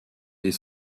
des